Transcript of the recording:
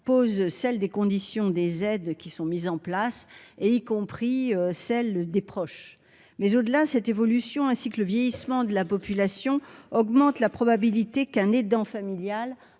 pose celle des conditions des aides qui sont mises en place et y compris celles des proches, mais au-delà, cette évolution, ainsi que le vieillissement de la population augmente la probabilité qu'un aidant familial